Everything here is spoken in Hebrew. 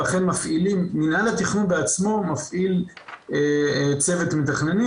ולכן מינהל התכנון בעצמו מפעיל צוות מתכננים